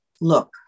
look